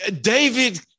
David